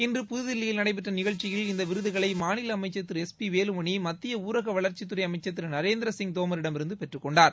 இன்று புதுதில்லியில் நடைபெற்ற நிகழ்ச்சியில் இந்த விருதுகளை மாநில அமைச்சர் திரு எஸ் பி வேலுமணி மத்திய ஊரக வளர்ச்சித்துறை அமைச்சர் திரு நரேந்திரசிங் தோமிடமிருந்து பெற்றுக் கொண்டார்